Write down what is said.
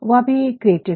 वह भी क्रिएटिव है